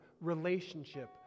relationship